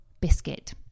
biscuit